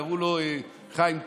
קראו לו חיים כהן,